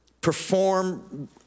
perform